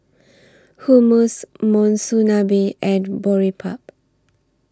Hummus Monsunabe and Boribap